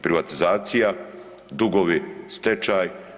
Privatizacija, dugovi, stečaj.